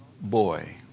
boy